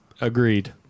Agreed